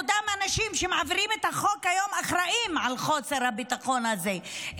אותם אנשים שמעבירים את החוק היום אחראים על חוסר הביטחון הזה,